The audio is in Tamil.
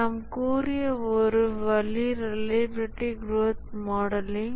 நாம் கூறிய ஒரு வழி ரிலையபிலிட்டி குரோத் மாடலிங்